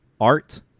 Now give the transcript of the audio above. art